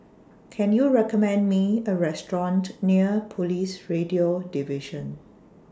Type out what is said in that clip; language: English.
Can YOU recommend Me A Restaurant near Police Radio Division